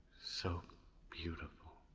so beautiful.